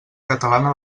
catalana